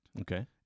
Okay